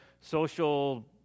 social